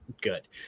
good